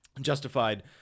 justified